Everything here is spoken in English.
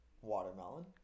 Watermelon